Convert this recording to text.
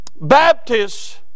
Baptists